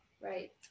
Right